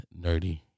nerdy